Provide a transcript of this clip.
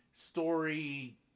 story